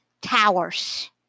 towers